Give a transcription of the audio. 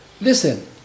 listen